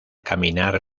caminar